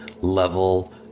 level